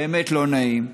באמת לא נעים,